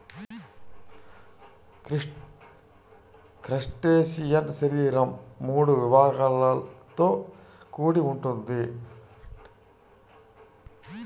crustacean శరీరం మూడు విభాగాలతో కూడి ఉంటుంది